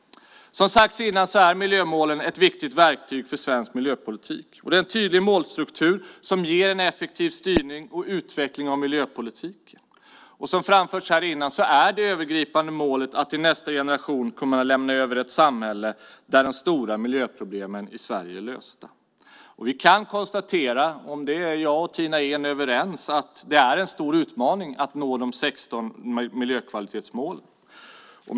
Som sagts innan är miljömålen ett viktigt verktyg för svensk miljöpolitik. Det är en tydlig målstruktur som ger en effektiv styrning och utveckling av miljöpolitiken. Som framförts här innan är det övergripande målet att till nästa generation kunna lämna över ett samhälle där de stora miljöproblemen i Sverige är lösta. Vi kan konstatera - om detta är jag och Tina Ehn överens - att det är en stor utmaning att nå de 16 miljökvalitetsmålen.